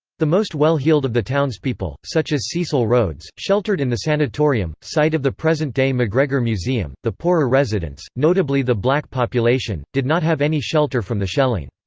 the most well-heeled of the townspeople, such as cecil rhodes, sheltered in the sanatorium, site of the present-day mcgregor museum the poorer residents, notably the black population, did not have any shelter from the shelling.